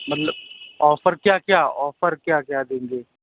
مطلب آفر کیا کیا آفر کیا کیا دیں گے